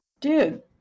Dude